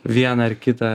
vieną ar kitą